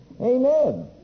Amen